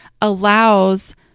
allows